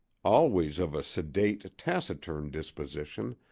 always of a sedate, taciturn disposition,